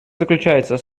заключается